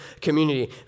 community